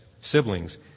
siblings